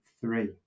three